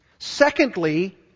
Secondly